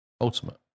ultimate